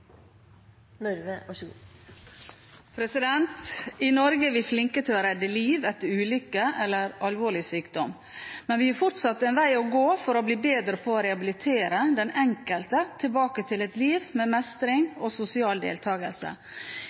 vi flinke til å redde liv etter ulykker eller alvorlig sykdom. Men vi har fortsatt en vei å gå for å bli bedre på å rehabilitere den enkelte tilbake til et liv med mestring og sosial deltagelse.